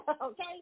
Okay